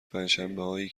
پنجشنبههایی